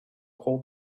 hold